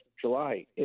July